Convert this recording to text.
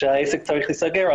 שהעסק צריך להיסגר,